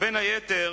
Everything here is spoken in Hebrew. בין היתר,